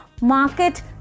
market